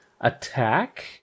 attack